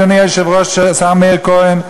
אדוני השר מאיר כהן,